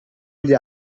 gli